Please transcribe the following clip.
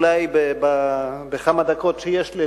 אולי בכמה הדקות שיש לי,